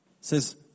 says